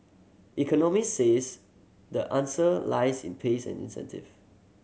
economist says the answer lies in pays and incentive